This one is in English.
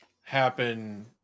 happen